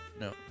No